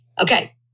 Okay